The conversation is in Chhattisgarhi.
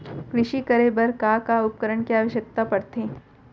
कृषि करे बर का का उपकरण के आवश्यकता परथे?